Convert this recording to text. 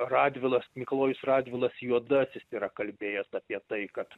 radvilas mikalojus radvilas juodasis yra kalbėjęs apie tai kad